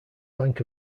bank